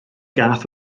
gath